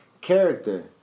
character